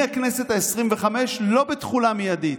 מהכנסת העשרים-וחמש, לא בתחולה מיידית.